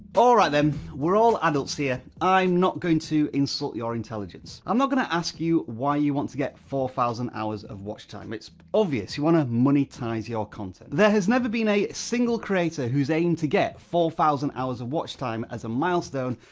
all right then, we're all adults here, i'm not going to insult your intelligence. i'm not going to ask you, why you want to get four thousand hours of watch time. it's obvious, you want to monetize your content. there has never been a single creator who's aimed to get four thousand hours of watch time as a milestone,